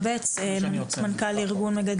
ברור ומובן שאתם מדברים מדם